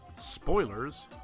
spoilers